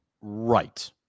Right